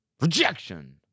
rejection